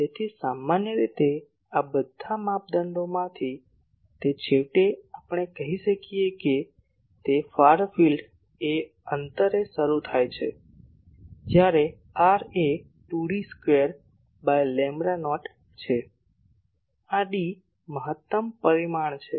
તેથી સામાન્ય રીતે આ બધા માપદંડોમાંથી તે છેવટે આપણે કહી શકીએ કે ફાર ફિલ્ડ એ અંતરે શરૂ થાય છે જ્યારે r એ 2D square by lambda naught છે આ D મહત્તમ પરિમાણ છે